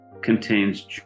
contains